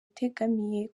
itegamiye